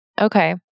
Okay